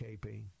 KP